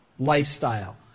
Lifestyle